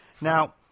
Now –